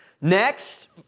Next